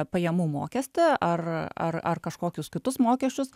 pajamų mokestį ar ar ar kažkokius kitus mokesčius